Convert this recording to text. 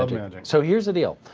ah so here's the deal.